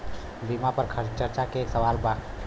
बीमा पर चर्चा के सवाल बा?